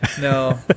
No